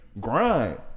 Grind